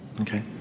Okay